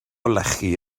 lechi